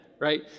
right